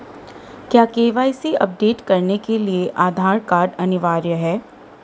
क्या KYC update करने के लिए आधार कार्ड अनिवार्य है?